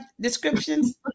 descriptions